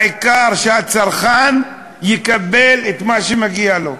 העיקר שהצרכן יקבל את מה שמגיע לו.